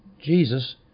jesus